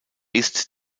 ist